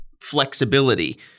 flexibility